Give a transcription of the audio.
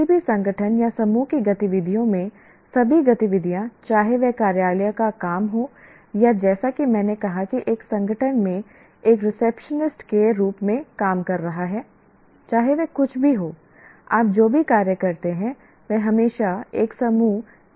किसी भी संगठन या समूह की गतिविधियों में सभी गतिविधियाँ चाहे वह कार्यालय का काम हो या जैसा कि मैंने कहा कि एक संगठन में एक रिसेप्शनिस्ट के रूप में काम कर रहा है चाहे वह कुछ भी हो आप जो भी कार्य करते हैं वह हमेशा एक समूह गतिविधि है